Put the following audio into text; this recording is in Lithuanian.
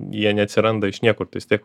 jie neatsiranda iš niekur tai vis tiek